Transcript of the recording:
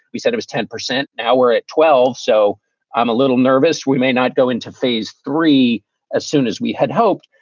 we said it was ten percent. now we're at twelve. so i'm a little nervous. we may not go into phase three as soon as we had hoped.